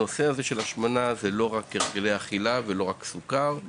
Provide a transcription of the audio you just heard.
נושא ההשמנה לא קשור רק בהרגלי אכילה ובצריכת סוכר,